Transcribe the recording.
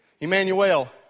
Emmanuel